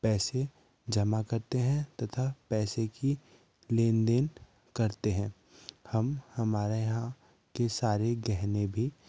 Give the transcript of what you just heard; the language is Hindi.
पैसे जमा करते हैं तथा पैसे कि लेनदेन करते हैं हम हमारे यहाँ के सारे गहन भी